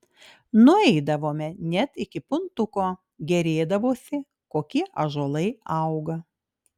nueidavome net iki puntuko gėrėdavosi kokie ąžuolai auga